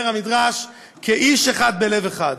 אומר המדרש: "כאיש אחד, בלב אחד".